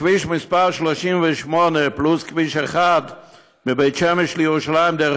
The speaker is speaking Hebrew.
כביש 38 פלוס כביש 1 מבית שמש לירושלים דרך